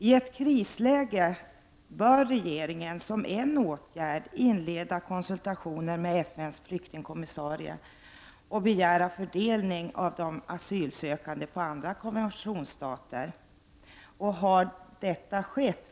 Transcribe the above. I ett krisläge bör regeringen som en åtgärd inleda konsultationer med FN:s flyktingkommissarie och begära fördelning av de asylsökande på andra konventionsstater. Har detta skett?